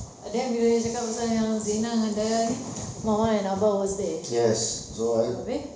then bila you cakap pasal yang zina denga dayah ini mama and abah was there habis